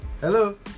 Hello